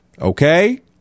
Okay